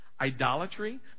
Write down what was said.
idolatry